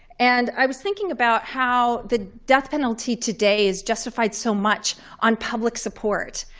and i was thinking about how the death penalty today is justified so much on public support.